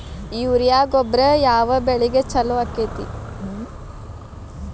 Urea ಗೊಬ್ಬರ ಯಾವ ಬೆಳಿಗೆ ಛಲೋ ಆಕ್ಕೆತಿ?